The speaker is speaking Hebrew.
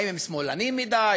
האם הם שמאלנים מדי,